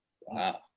wow